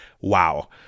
Wow